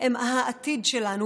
הם העתיד שלנו,